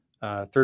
third